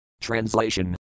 Translation